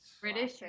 British